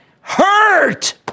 hurt